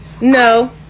no